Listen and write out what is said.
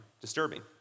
Disturbing